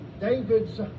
David's